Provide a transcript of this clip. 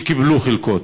שיקבלו חלקות?